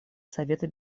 совета